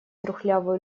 трухлявую